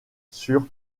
sur